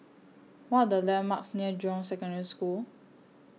What Are The landmarks near Jurong Secondary School